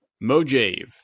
Mojave